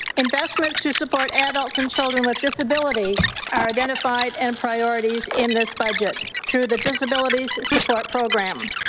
investments to support adults and children with disabilities are identified and priorities in this budget, through the disabilities support program.